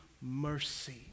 mercy